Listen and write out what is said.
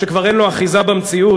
שכבר אין לו אחיזה במציאות,